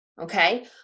Okay